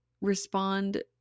respond